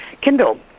Kindle